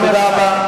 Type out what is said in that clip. תודה רבה.